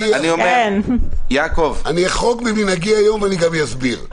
אחרוג ממנהגי היום וגם אסביר.